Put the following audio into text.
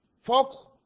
Folks